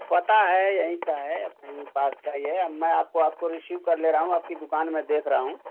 पता है यहीं का है अपने ही पास का है मैं आपको आपको रीसीव कर ले रहा हूँ आपकी दुकान में देख रहा हूँ